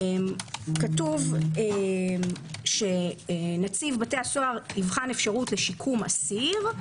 כתוב שנציב בתי הסוהר יבחן אפשרות לשיקום אסיר,